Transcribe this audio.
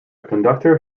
conductor